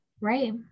right